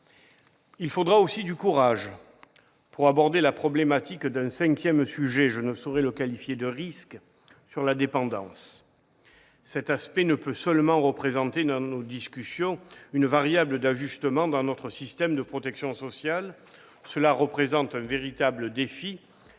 Il faudra du courage pour aborder la problématique d'un cinquième sujet, que je ne saurais qualifier de risque, la dépendance. Cet aspect ne peut seulement représenter une variable d'ajustement dans notre système de protection sociale ; il représente un véritable défi